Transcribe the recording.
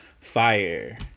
fire